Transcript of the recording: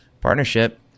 partnership